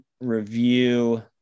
Review